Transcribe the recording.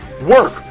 work